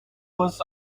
was